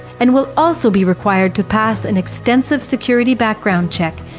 and will also be required to pass an extensive security background check,